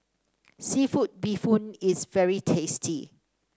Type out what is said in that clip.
seafood Bee Hoon is very tasty